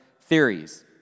theories